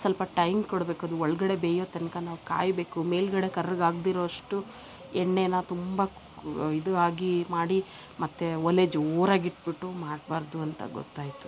ಸ್ವಲ್ಪ ಟೈಮ್ ಕೊಡ್ಬೇಕು ಅದು ಒಳಗಡೆ ಬೇಯೋ ತನಕ ನಾವು ಕಾಯಬೇಕು ಮೇಲೆಗಡೆ ಕರ್ರುಗೆ ಆಗ್ದಿರೋ ಅಷ್ಟು ಎಣ್ಣೀನ ತುಂಬ ಇದು ಆಗಿ ಮಾಡಿ ಮತ್ತು ಒಲೆ ಜೋರಾಗಿಟ್ಬಿಟ್ಟು ಮಾಡ್ಬಾರದು ಅಂತ ಗೊತ್ತಾಯಿತು